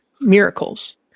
miracles